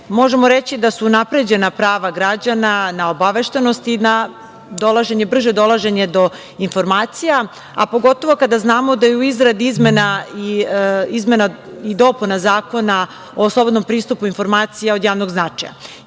možemo reći da su unapređena prava građana na obaveštenost i na brže dolaženje do informacija, a pogotovo kada znamo da je u izradi izmena i dopuna Zakona o slobodnom pristupu informacija od javnog značaja. Jedna